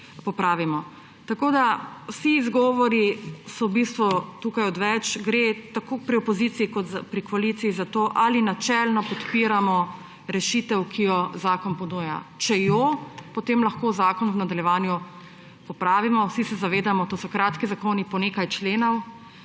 Tako da vsi izgovori so v bistvu tukaj odveč. Gre tako pri opoziciji kot pri koaliciji za to, ali načelno podpiramo rešitev, ki jo zakon ponuja. Če jo, potem lahko zakon v nadaljevanju popravimo. Vsi se zavedamo, to so kratki zakoni, po nekaj členov.